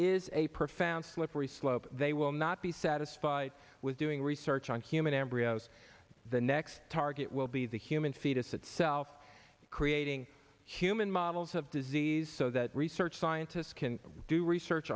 is a profound slippery slope they will not be satisfied with doing research on human embryos the next target will be the human fetus itself creating human models of disease so that research scientists can do research